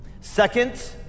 Second